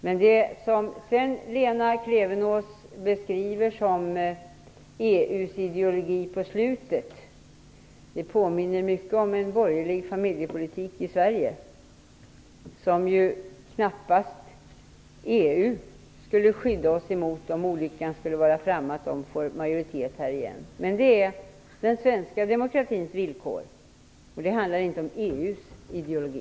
Men det som Lena Klevenås på slutet beskriver som EU:s ideologi, påminner mycket om en borgerlig familjepolitik i Sverige, som ju knappast EU skulle skydda oss mot om olyckan skulle vara framme och de fick majoritet här igen. Men det är den svenska demokratins villkor. Det handlar inte om EU:s ideologi.